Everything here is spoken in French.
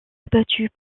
abattus